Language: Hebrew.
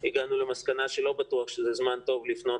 הגענו למסקנה שלא בטוח שזה זמן טוב לפנות